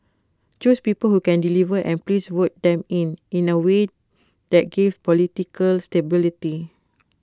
choose people who can deliver and please vote them in in A way that gives political stability